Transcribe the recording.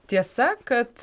tiesa kad